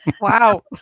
Wow